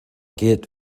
get